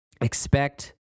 expect